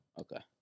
Okay